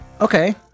Okay